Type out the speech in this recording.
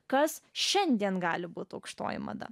kas šiandien gali būti aukštoji mada